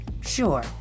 sure